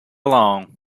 along